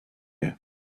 you